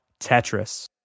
Tetris